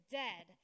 dead